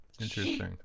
Interesting